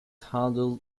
handled